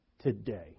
today